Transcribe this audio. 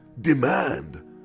demand